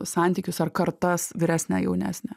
santykius ar kartas vyresnę jaunesnę